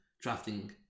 drafting